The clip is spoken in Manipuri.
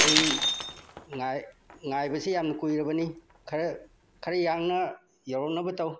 ꯑꯩ ꯉꯥꯏꯕꯁꯤ ꯌꯥꯝꯅ ꯀꯨꯏꯔꯕꯅꯤ ꯈꯔ ꯈꯔ ꯌꯥꯡꯅ ꯌꯧꯔꯛꯅꯕ ꯇꯧ